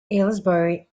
aylesbury